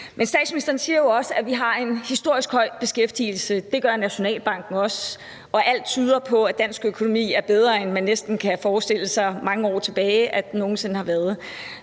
Men statsministeren siger jo også, at vi har en historisk høj beskæftigelse. Det gør Nationalbanken også. Og alt tyder på, at dansk økonomi er bedre, end man næsten kan forestille sig at den nogen sinde har været